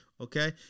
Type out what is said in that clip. Okay